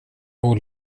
och